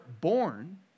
born